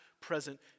present